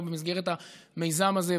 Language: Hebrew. במסגרת המיזם הזה,